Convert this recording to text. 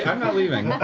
not leaving.